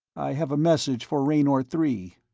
i have a message for raynor three.